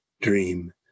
dream